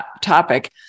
topic